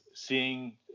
seeing